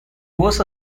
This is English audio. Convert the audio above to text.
was